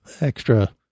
extra